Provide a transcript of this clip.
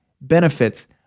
benefits